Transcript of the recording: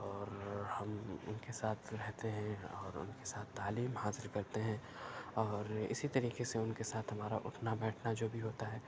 اور ہم ان کے ساتھ رہتے ہیں اور ان کے ساتھ تعلیم حاصل کرتے ہیں اور اسی طریقے سے ان کے ساتھ ہمارا اٹھنا بیٹھنا جو بھی ہوتا ہے